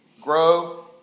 Grow